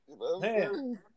Man